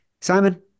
Simon